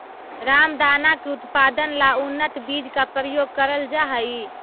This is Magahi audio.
रामदाना के उत्पादन ला उन्नत बीज का प्रयोग करल जा हई